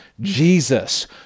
Jesus